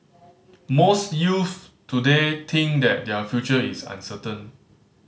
most youth today think that their future is uncertain